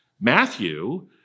Matthew